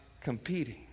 competing